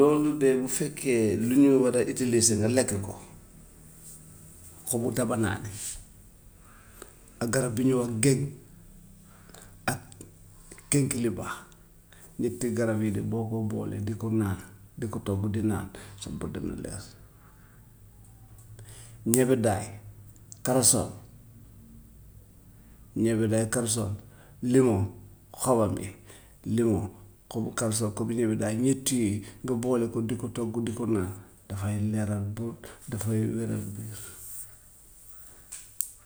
Loolu de bu fekkee lu ñu war a utiliser la lekk ko xobu tabanaane, ak garab bi ñoo wax gér, ak kénkeliba, ñetti garab yii de boo ko boolee di ko naan, di ko togg di naan sa bët dana leer. Nebedaay, carosol, nebedaay, carosol, limo xobam bi, limo xobu carosol, xobu nebedaay ñett yooyu nga boole ko di ko togg di ko naan dafay leeral bët dafay wéral biir.